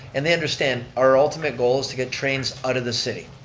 and they understand our ultimate goal is to get trains out of the city.